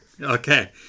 okay